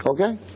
Okay